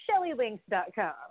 Shellylinks.com